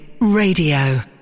Radio